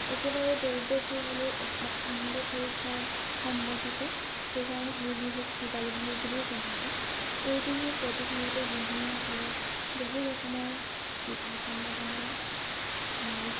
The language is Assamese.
একেবাৰে দৰিদ্ৰ ঘৰৰ হ'লেও এসাজ আনন্দ কৰি খোৱাৰ সম্বল থাকে সেইকাৰণে এই বিহুক ভোগালী বিহু বুলিও জনা যায় এই বিহুত প্ৰতি ঘৰতে গৃহিণীসকলে বহু ৰকমৰ পিঠা পনা বনায়